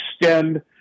extend